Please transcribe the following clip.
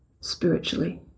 spiritually